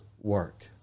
work